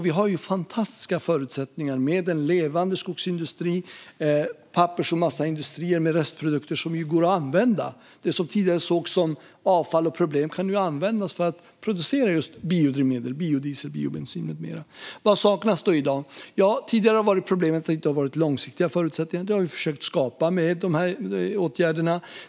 Vi har fantastiska förutsättningar med en levande skogsindustri och pappers och massaindustrier med restprodukter som går att använda. Det som tidigare sågs som avfall och problem kan i dag användas för att producera biodrivmedel såsom biodiesel och biobensin. Vad saknas då i dag? Tidigare har problemet varit att det har saknats långsiktiga förutsättningar. Det har vi försökt skapa med dessa åtgärder.